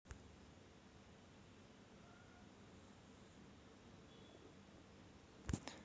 गुंतवणुकीची किंमत किती आहे हे निर्धारित करण्यासाठी एन.पी.वी चा वापर केला जातो